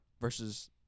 versus